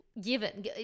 given